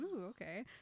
okay